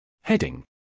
Heading